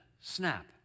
snap